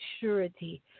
surety